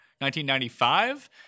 1995